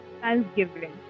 thanksgiving